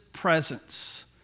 presence